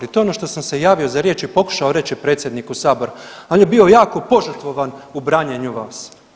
I to je ono što sam se javio za riječ i pokušao reći predsjedniku sabora, on je bio jako požrtvovan u branjenju vas.